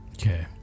Okay